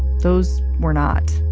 those were not.